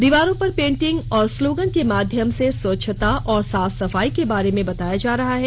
दीवारों पर पेंटिंग और स्लोगन के माध्यम से स्वच्छता और साफ सफाई के बारे में बताया जा रहा है